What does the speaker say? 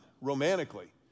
romantically